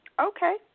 okay